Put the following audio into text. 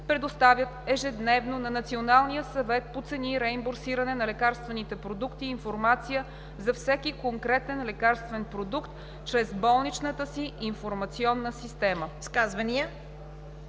предоставят ежедневно на Националния съвет по цени и реимбурсиране на лекарствените продукти информация за всеки конкретен лекарствен продукт чрез болничната си информационна система.“